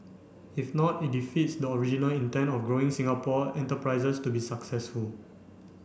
if not it defeats the original intent of growing Singapore enterprises to be successful